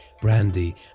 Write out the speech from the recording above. brandy